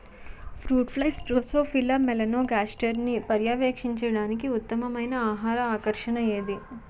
Fruit flies drosophila మెలనోగాస్టర్ని పర్యవేక్షించడానికి ఉత్తమమైన ఆహార ఆకర్షణ ఏది?